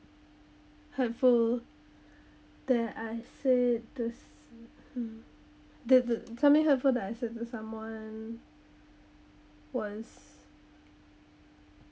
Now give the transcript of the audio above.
hurtful that I said this the the something hurtful that I said to someone was